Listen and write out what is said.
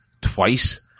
twice